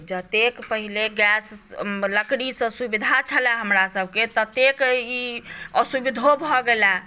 जतेक पहिने गैस लकड़ीसँ सुविधा छलए हमरासभकेँ ततेक ई असुविधो भऽ गेलए